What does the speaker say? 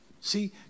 See